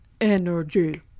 Energy